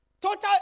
total